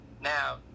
Now